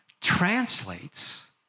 translates